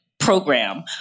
program